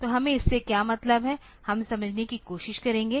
तो हमें इससे क्या मतलब है हम समझने की कोशिश करेंगे